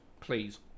please